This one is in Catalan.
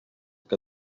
que